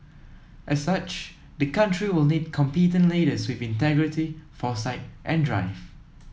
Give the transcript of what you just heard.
as such the country will need competent leaders with integrity foresight and drive